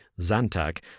Zantac